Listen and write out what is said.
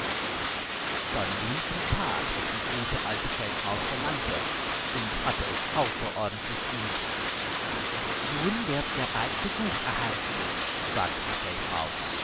däumelinchen that was die gute alte feldmaus verlangte und hatte es außerordentlich gut nun werden wir bald besuch erhalten sagte die feldmaus